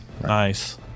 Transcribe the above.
Nice